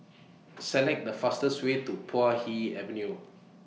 Select The fastest Way to Puay Hee Avenue